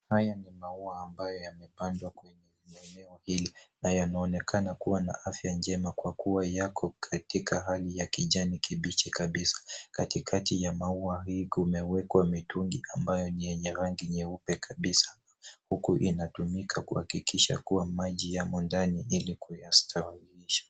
Haya ni maua ambayo yamepandwa kwenye eneo hili na yanaonekana kuwa na afya njema kwa kuwa yako katika hali ya kijani kibichi kabisa. Katikati ya maua hii kumewekwa mitungi ambayo ni yenye rangi nyeupe kabisa huku inatumika kuhakikisha kuwa maji yamo ndani ili kuyastawisha.